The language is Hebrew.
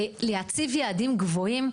להציב יעדים גבוהים,